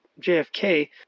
JFK